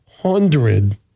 hundred